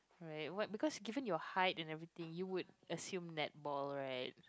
right what because given your height and everything you would assume netball right